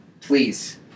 Please